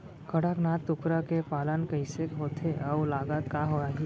कड़कनाथ कुकरा के पालन कइसे होथे अऊ लागत का आही?